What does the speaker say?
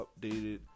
updated